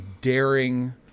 daring